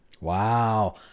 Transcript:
Wow